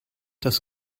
das